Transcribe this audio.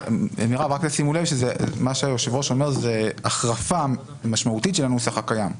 שימו לב שמה שהיושב ראש אומר זו החרפה משמעותית של הנוסח הקיים.